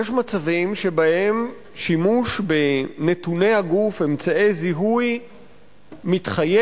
יש מצבים שבהם שימוש בנתוני הגוף ואמצעי זיהוי מתחייב,